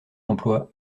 emploi